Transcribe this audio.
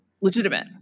legitimate